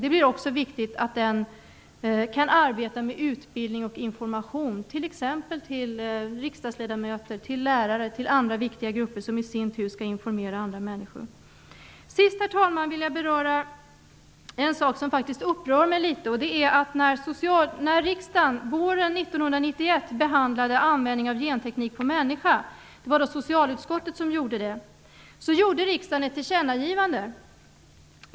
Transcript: Det är också viktigt att nämnden kan arbeta med utbildning och information, t.ex. till riksdagsledamöter, lärare och andra viktiga grupper som i sin tur skall informera andra människor. Sist, herr talman, vill jag beröra en sak som faktiskt upprör mig litet. När riksdagen våren 1991 behandlade frågan om användning av genteknik på människa -- det var socialutskottet som gjorde det -- gjorde riksdagen ett tillkännagivande.